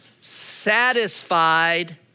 satisfied